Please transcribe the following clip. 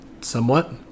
somewhat